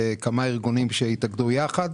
כמה ארגנים שהתאגדו יחד.